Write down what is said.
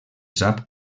sap